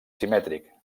simètric